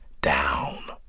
down